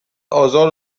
آزار